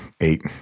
eight